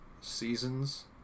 seasons